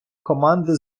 команди